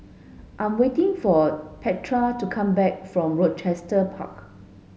I'm waiting for Petra to come back from Rochester Park